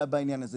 בעניין הזה,